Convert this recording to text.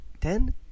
ten